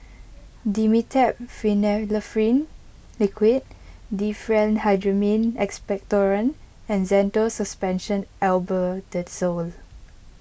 Dimetapp Phenylephrine Liquid Diphenhydramine Expectorant and Zental Suspension Albendazole